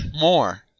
more